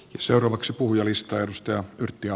seuraavaksi puhujalistaan